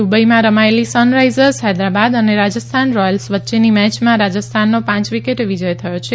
દુબઇમાં રમાયેલી સનરાઇઝર્સ હૈદરાબાદ અને રાજસ્થાન રોયલ્સ વચ્ચેની મેયમાં રાજસ્થાનનો પાંચ વિકેટે વિજય થયો છે